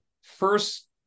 first